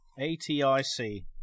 ATIC